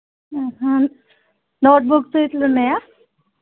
note books ఇట్లున్నయా